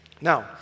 Now